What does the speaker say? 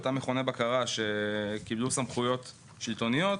אותם מכוני הבקרה שקיבלו סמכויות שלטוניות,